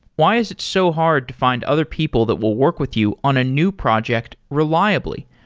why is it so hard to find other people that will work with you on a new project reliably?